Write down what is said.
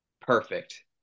perfect